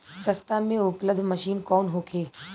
सस्ता में उपलब्ध मशीन कौन होखे?